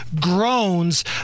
groans